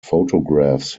photographs